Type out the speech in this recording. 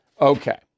Okay